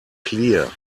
clear